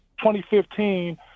2015